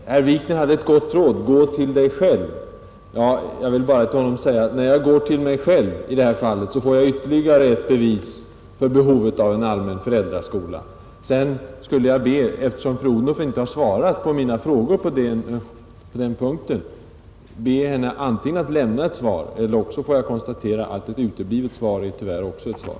Herr talman! Herr Wikner hade ett gott råd: gå till dig själv! När jag går till mig själv i detta fall får jag ytterligare ett bevis för behovet av en allmän föräldraskola. Jag får sedan, eftersom fru Odhnoff inte har svarat på mina frågor på den punkten, antingen be henne lämna ett svar, eller konstatera att ett uteblivet svar tyvärr också är ett svar.